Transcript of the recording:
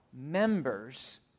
members